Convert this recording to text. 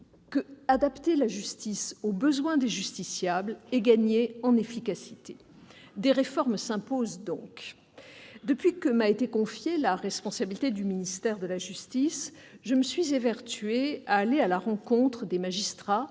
adapter la justice aux besoins des justiciables et gagner en efficacité. Des réformes s'imposent donc. Depuis que m'a été confiée la responsabilité du ministère de la justice, je me suis évertuée à aller à la rencontre des magistrats,